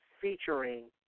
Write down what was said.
featuring